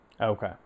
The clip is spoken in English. Okay